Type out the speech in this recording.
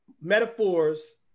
metaphors